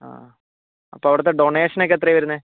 ആ അപ്പോൾ അവിടുത്തെ ഡൊണേഷൻ ഒക്കെ എത്രയാണ് വരുന്നത്